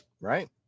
right